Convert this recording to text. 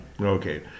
Okay